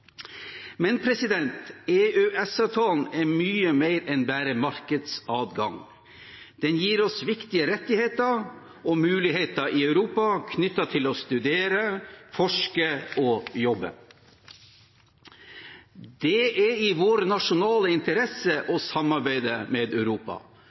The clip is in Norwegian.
Men EØS-avtalen er mye mer enn bare markedsadgang. Den gir oss viktige rettigheter og muligheter i Europa knyttet til å studere, forske og jobbe. Det er i vår nasjonale interesse